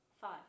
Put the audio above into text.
Five